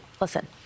Listen